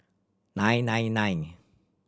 nine nine nine